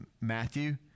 Matthew